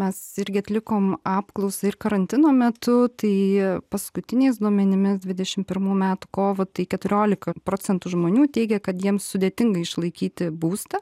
mes irgi atlikom apklausą ir karantino metu tai paskutiniais duomenimis dvidešim pirmų metų kovo tai keturiolika procentų žmonių teigė kad jiems sudėtinga išlaikyti būstą